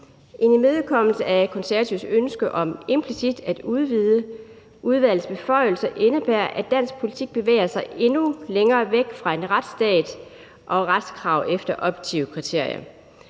En imødekommelse af Konservatives ønske om implicit at udvide udvalgets beføjelser indebærer, at dansk politik bevæger sig endnu længere væk fra en retsstat og retskrav efter objektive kriterier.